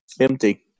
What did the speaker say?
empty